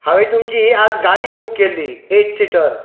हांवें तुमची आज गाडी बूक केल्ली एट सिटर